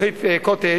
לצלוחית "קוטג'",